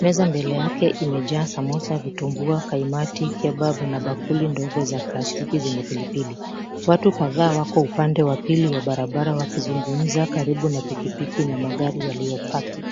meza mbele yake imejaa samosa, vitumbua, kaimati, kebabu na bakuli ndogo za plastiki zenye pilipili. Watu kadhaa wako upande wa pili wa barabara wakizungumza karibu na pikipiki na magari yaliyopaki.